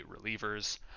relievers